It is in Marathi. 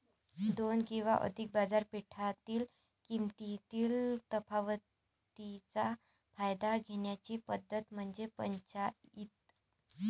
दोन किंवा अधिक बाजारपेठेतील किमतीतील तफावतीचा फायदा घेण्याची पद्धत म्हणजे पंचाईत